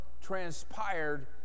transpired